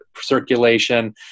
circulation